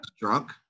drunk